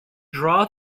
draw